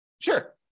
Sure